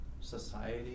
society